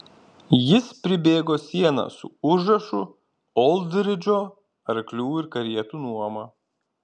jis pribėgo sieną su užrašu oldridžo arklių ir karietų nuoma